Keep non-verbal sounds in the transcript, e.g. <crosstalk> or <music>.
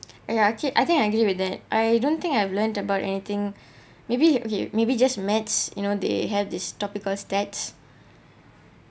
ah ya actually I think I agree with that I don't think I've learned about anything <breath> maybe okay maybe just maths you know they have this topical stats